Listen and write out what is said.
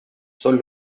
son